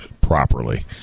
properly